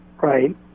right